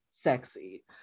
Sexy